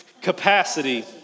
Capacity